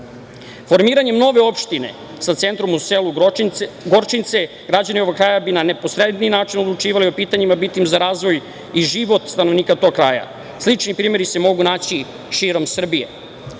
turizma. Formiranjem nove opštine sa centrom u selu Gorčince građani ovog kraja bi na neposredniji način odlučivali o pitanjima bitnim za razvoj i život stanovnika tog kraja. Slični primeri se mogu naći širom Srbije. Prema